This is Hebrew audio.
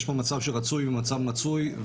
יש פה מצב רצוי לעומת מצב מצוי,